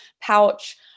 pouch